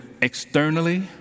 externally